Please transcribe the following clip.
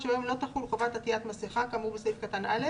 שעליהם לא תחול חובת עטית מסכה כאמור בסעיף קטן (א)